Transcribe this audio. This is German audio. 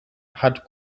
hat